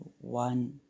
one